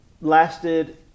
lasted